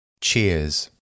Cheers